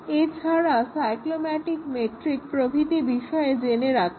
এছাড়া cyclomatic metric প্রভৃতি বিষয়ে জেনে রাখা